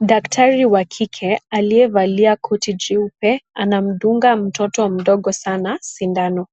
Daktari wa kike aliyevalia koti jeupe anamdunga mtoto mdogo sana sindano,